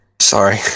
sorry